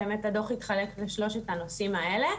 באמת הדוח התחלק לשלושת הנושאים האלה.